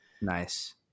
Nice